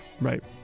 Right